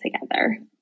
together